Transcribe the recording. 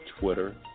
Twitter